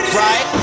right